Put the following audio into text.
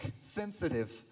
sensitive